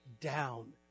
down